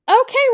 okay